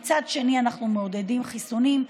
ומצד שני אנחנו מעודדים חיסונים.